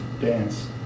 dance